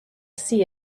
see